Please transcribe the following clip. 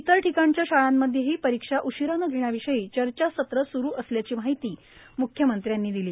इतर ठिकाणच्या शाळांमध्येही परीक्षा उशिराने घेण्याविषयीही चर्चास्रू असल्याची माहिती म्ख्यमंत्र्यांनी दिली